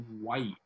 white